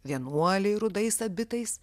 vienuoliai rudais abitais